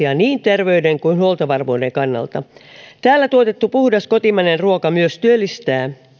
asia niin terveyden kuin huoltovarmuuden kannata täällä tuotettu puhdas kotimainen ruoka myös työllistää